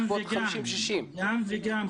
בסביבות 50 60. גם וגם,